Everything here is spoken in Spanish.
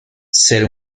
ser